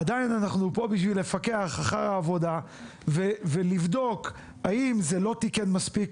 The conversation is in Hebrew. עדיין אנחנו פה בשביל לפקח אחר העבודה ולבדוק האם זה לא תיקן מספיק?